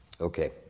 Okay